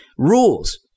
rules